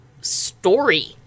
story